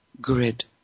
grid